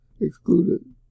excluded